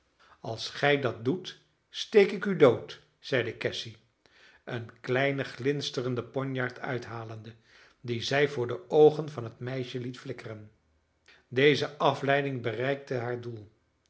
als gij dat doet steek ik u dood zeide cassy een kleine glinsterende ponjaard uithalende die zij voor de oogen van het meisje liet flikkeren deze afleiding bereikte haar doel